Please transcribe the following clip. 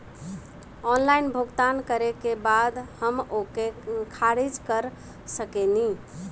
Online भुगतान करे के बाद हम ओके खारिज कर सकेनि?